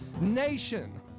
nation